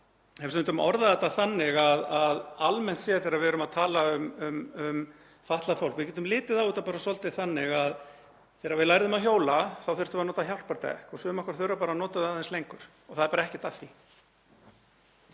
stundum orðað þetta þannig almennt séð þegar við erum að tala um fatlað fólk að við getum litið á þetta bara svolítið þannig að þegar við lærðum að hjóla þá þurftum við að nota hjálpardekk og sum okkar þurfa bara að nota þau aðeins lengur og það er bara ekkert að